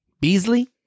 Beasley